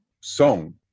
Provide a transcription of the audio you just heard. song